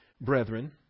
brethren